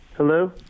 Hello